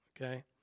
Okay